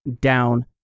down